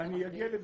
אני אגיע גם לזה.